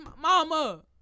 mama